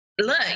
Look